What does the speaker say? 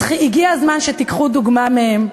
הגיע הזמן שתיקחו דוגמה מהם.